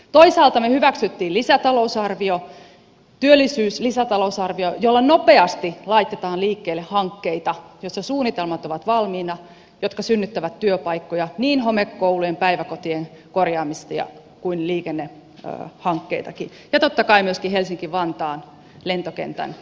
toisaalta me hyväksyimme lisätalousarvion työllisyyslisätalousarvion jolla nopeasti laitetaan liikkeelle hankkeita joissa suunnitelmat ovat valmiina jotka synnyttävät työpaikkoja niin homekoulujen päiväkotien korjaamista kuin liikennehankkeitakin ja totta kai myöskin helsinkivantaan lentokentän laajentaminen